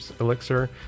elixir